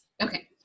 Okay